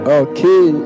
okay